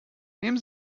nehmen